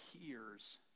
hears